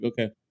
okay